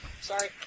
Sorry